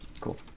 Cool